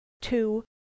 two